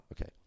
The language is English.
Okay